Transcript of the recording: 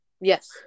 Yes